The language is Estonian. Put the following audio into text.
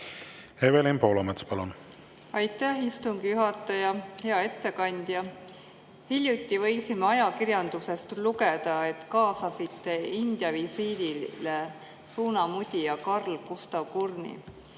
Evelin Poolamets, palun! Aitäh, istungi juhataja! Hea ettekandja! Hiljuti võisime ajakirjandusest lugeda, et kaasasite India‑visiidile suunamudija Karl-Gustav Kurni.